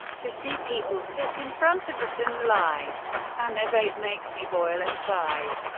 to see people sit in front of us and lie and evade makes me boil inside.